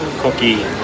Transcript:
cookie